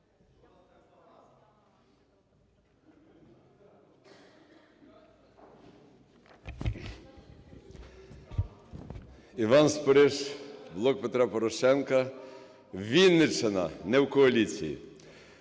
Іван Спориш "Блок Петра Порошенка", Вінниччина, не в коаліції.